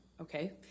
okay